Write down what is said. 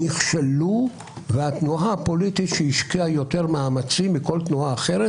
נכשלו והתנועה הפוליטית שהשקיעה יותר מאמצים מכל תנועה אחרת